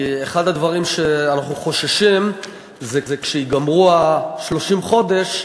כי אחד החששות שלנו הוא שכשייגמרו 30 החודש,